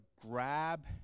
grab